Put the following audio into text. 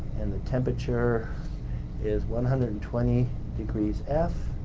and the temperature is one hundred and twenty degrees f.